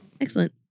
Excellent